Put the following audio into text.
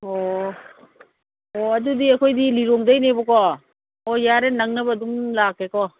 ꯑꯣ ꯑꯣ ꯑꯗꯨꯗꯤ ꯑꯩꯈꯣꯏꯗꯤ ꯂꯤꯂꯣꯡꯗꯒꯤꯅꯦꯕꯀꯣ ꯑꯣ ꯌꯥꯔꯦ ꯅꯪꯅꯕ ꯑꯗꯨꯝ ꯂꯥꯛꯀꯦꯀꯣ